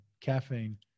caffeine